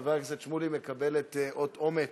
חבר הכנסת שמולי מקבל את אות אומ"ץ,